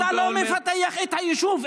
אתה לא מפתח את היישוב,